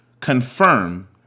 confirm